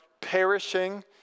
perishing